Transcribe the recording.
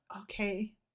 Okay